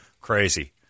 crazy